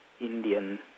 Indian